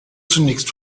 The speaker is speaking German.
zunächst